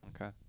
Okay